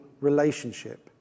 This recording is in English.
relationship